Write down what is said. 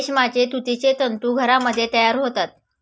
रेशमाचे तुतीचे तंतू घरामध्ये तयार होतात